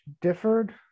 differed